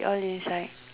you all decide